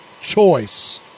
choice